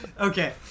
Okay